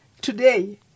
Today